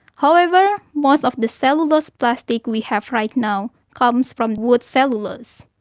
however, most of the cellulose plastic we have right now comes from wood cellulose.